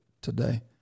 today